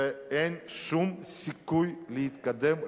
ואין שום סיכוי להתקדם,